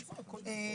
שוב,